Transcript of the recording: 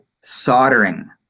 soldering